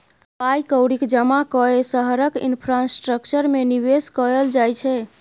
पाइ कौड़ीक जमा कए शहरक इंफ्रास्ट्रक्चर मे निबेश कयल जाइ छै